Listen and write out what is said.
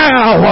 Now